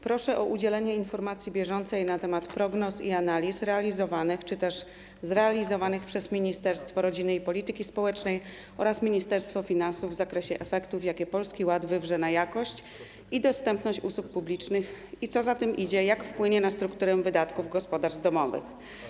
Proszę o udzielenie bieżącej informacji na temat prognoz i analiz realizowanych czy też zrealizowanych przez Ministerstwo Rodziny i Polityki Społecznej oraz Ministerstwo Finansów w zakresie efektów, jakie Polski Ład wywrze na jakość i dostępność usług publicznych, i co za tym idzie - w zakresie tego, jak wpłynie on na strukturę wydatków gospodarstw domowych.